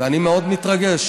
ואני מאוד מתרגש.